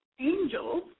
angels